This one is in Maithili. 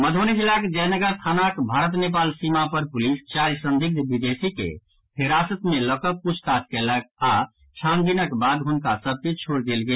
मध्रबनी जिलाक जयनगर थानाक भारत नेपाल सीमा पर पुलिस चारि संदिग्ध विदेशी के हिरासत मे लऽ कऽ प्रुछताछ कएलक आओर छानबीनक बाद हुनका सभ के छोड़ि देल गेल